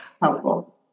Helpful